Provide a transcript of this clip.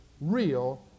real